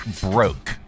broke